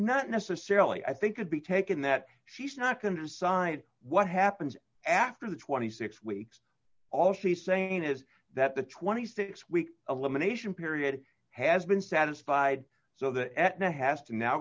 not necessarily i think could be taken that she's not going to decide what happens after the twenty six weeks all she's saying is that the twenty six dollars week elimination period has been satisfied so that at the has to now